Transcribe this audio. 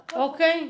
אוקי.